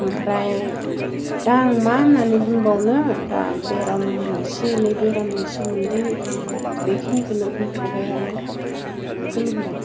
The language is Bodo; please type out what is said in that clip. ओमफ्राय दा आं मा होन्नानै बुंबावनो दा बेराम एसे एनै बेरामनि सोमोन्दै आं बेखिनिखौनो बुंथ'बाय आरो खुलुमबाय